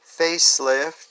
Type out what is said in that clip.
facelift